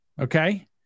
Okay